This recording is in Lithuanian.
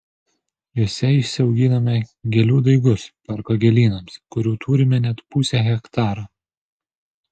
juose išsiauginame gėlių daigus parko gėlynams kurių turime net pusę hektaro